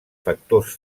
factors